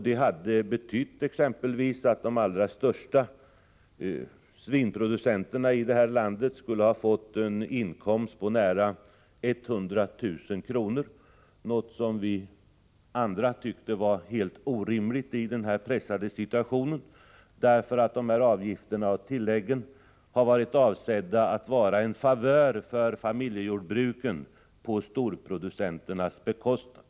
Det hade betytt exempelvis att de allra största svinproducenterna i det här landet skulle ha fått en inkomst på nära 100 000 kr., något som de övriga partierna i utskottet tyckte var helt orimligt i nuvarande pressade situation. Dessa avgifter och tillägg har varit avsedda att vara en favör för familjejordbruken på storproducenternas bekostnad.